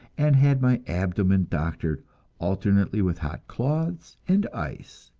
and had my abdomen doctored alternately with hot cloths and ice.